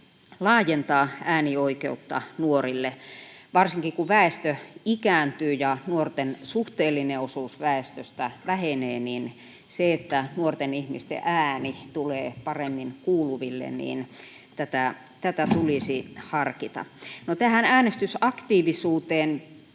laajentaa äänioikeutta nuorille. Varsinkin kun väestö ikääntyy ja nuorten suhteellinen osuus väestöstä vähenee, niin jotta nuorten ihmisten ääni tulee paremmin kuuluville, tätä tulisi harkita. Tähän äänestysaktiivisuuteen: